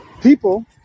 People